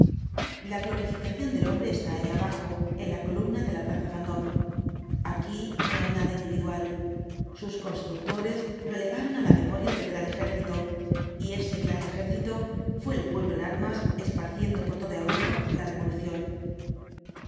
la glorificación del hombre está allá abajo en la columna de la plaza vendóme aquí no haj nada individual sus constructores lo elevaron á la memoria del gran ejército y ese gran ejército fué el pueblo en armas esparciendo por toda europa la revolución los